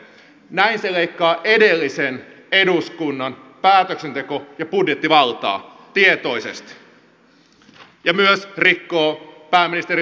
näin se leikkaa edellisen eduskunnan päätöksenteko ja budjettivaltaa tietoisesti ja myös rikkoo pääministeri sipilän hallitusohjelmaa tietoisesti